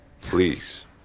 Please